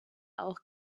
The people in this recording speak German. auch